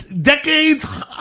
decades